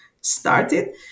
started